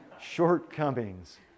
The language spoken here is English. shortcomings